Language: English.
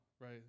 right